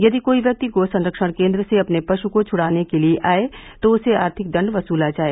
यदि कोई व्यक्ति गो संरक्षण केन्द्र से अपने पशु को छुड़ाने के लिए आए तो उससे आर्थिक दण्ड वसूला जाए